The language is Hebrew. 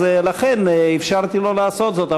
אז לכן אפשרתי לו לעשות זאת.